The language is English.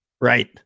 Right